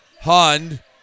Hund